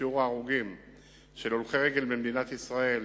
שיעור הולכי-הרגל ההרוגים במדינת ישראל